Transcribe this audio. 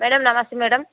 madam నమస్తే madam